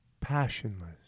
passionless